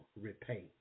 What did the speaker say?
repay